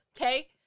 Okay